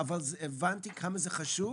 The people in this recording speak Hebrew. אבל הבנתי כמה זה חשוב,